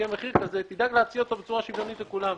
תדאג להציע אותו בצורה שוויונית לכולם.